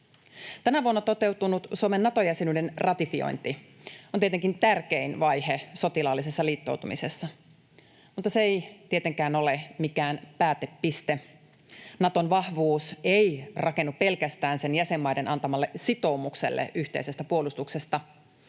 Tänä vuonna toteutunut Suomen Nato-jäsenyyden ratifiointi on tietenkin tärkein vaihe sotilaallisessa liittoutumisessa. Mutta se ei tietenkään ole mikään päätepiste. Naton vahvuus ei rakennu pelkästään sen jäsenmaiden antamalle sitoumukselle yhteisestä puolustuksesta.